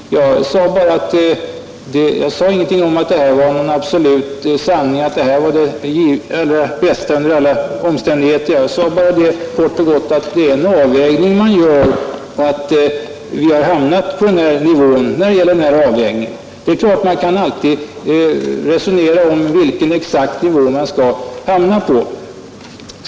Jag sade ingenting om att det var en absolut sanning att det här var det allra bästa under alla omständigheter. Jag sade kort och gott att det är en avvägning som görs och att vi då har hamnat på den här nivån. Det är klart att man alltid kan resonera om vilken exakt nivå man skall stanna på.